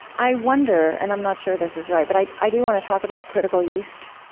i wonder, and i'm not sure this is right, but i i do want to talk about critical yeast,